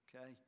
okay